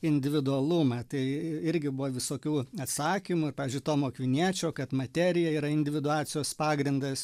individualumą tai irgi buvo visokių atsakymų ir pavyzdžiui tomo akviniečio kad materija yra individuacijos pagrindas